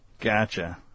Gotcha